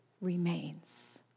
remains